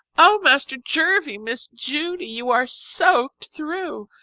oh, master jervie miss judy! you are soaked through.